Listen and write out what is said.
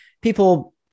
people